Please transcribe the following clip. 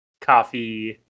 coffee